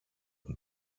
τον